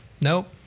nope